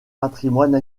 patrimoine